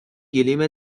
گلیم